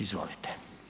Izvolite.